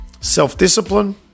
self-discipline